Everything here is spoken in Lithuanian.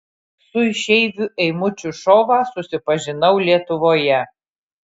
su išeiviu eimučiu šova susipažinau lietuvoje